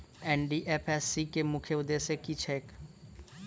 NDFSC केँ मुख्य उद्देश्य की छैक?